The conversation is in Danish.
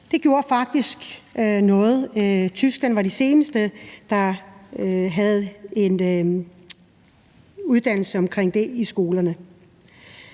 gjorde noget. Tyskland var det seneste land, der havde en uddannelse i det i skolerne.